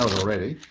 already.